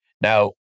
Now